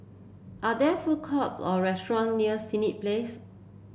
are there food courts or restaurant near Senett Place